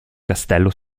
castello